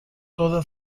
toda